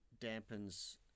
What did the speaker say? dampens